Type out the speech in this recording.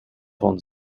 van